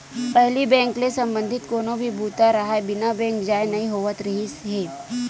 पहिली बेंक ले संबंधित कोनो भी बूता राहय बिना बेंक जाए नइ होवत रिहिस हे